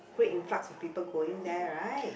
great influx of people going there right